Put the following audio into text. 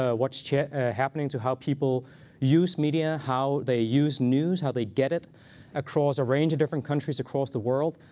ah what's happening to how people use media, how they use news, how they get it across a range of different countries across the world.